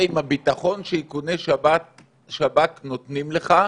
עם הביטחון שאיכוני שב"כ נותנים לך.